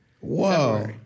Whoa